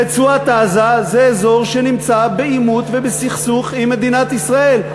רצועת-עזה היא אזור שנמצא בעימות ובסכסוך עם מדינת ישראל.